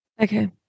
Okay